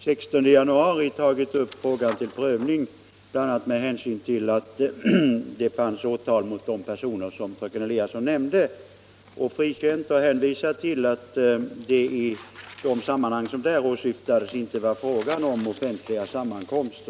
16 januari tagit upp frågan till prövning, bl.a. med hänsyn till att det fanns åtal mot den person fröken Eliasson nämnde, och frikänt med hänvisning till att det i det åsyftade sammanhanget inte var fråga om offentlig sammankomst.